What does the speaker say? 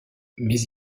mais